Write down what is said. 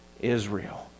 Israel